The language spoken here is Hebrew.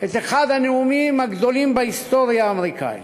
את אחד הנאומים הגדולים בהיסטוריה האמריקנית,